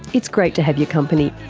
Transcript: it's great to have your company,